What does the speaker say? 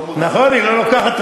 נורמות עבודה,